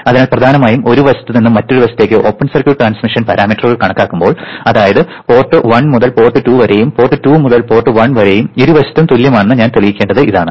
അതിനാൽ പ്രധാനമായും ഒരു വശത്ത് നിന്ന് മറുവശത്തേക്ക് ഓപ്പൺ സർക്യൂട്ട് ട്രാൻസ്മിഷൻ പാരാമീറ്ററുകൾ കണക്കാക്കുമ്പോൾ അതായത് പോർട്ട് 1 മുതൽ പോർട്ട് 2 വരെയും പോർട്ട് 2 മുതൽ പോർട്ട് 1 വരെയും ഇരുവശത്തും തുല്യമാണെന്ന് ഞാൻ തെളിയിക്കേണ്ടത് ഇതാണ്